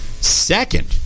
second